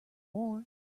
war